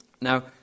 Now